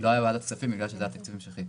לא פנו לוועדת הכספים בגלל שזה היה תקציב המשכי.